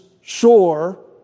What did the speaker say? shore